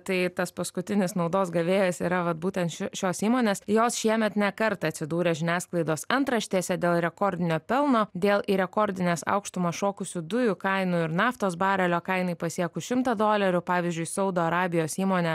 tai tas paskutinis naudos gavėjas yra vat būtent šio šios įmonės jos šiemet ne kartą atsidūrė žiniasklaidos antraštėse dėl rekordinio pelno dėl į rekordines aukštumas šokusių dujų kainų ir naftos barelio kainai pasiekus šimtą dolerių pavyzdžiui saudo arabijos įmonė